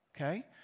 Okay